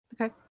Okay